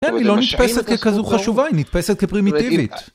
אה, היא לא נתפסת ככזו חשובה, היא נתפסת כפרימיטיבית.